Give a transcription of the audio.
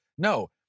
No